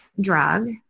drug